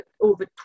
over